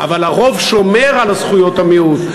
אבל הרוב שומר על זכויות המיעוט,